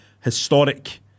Historic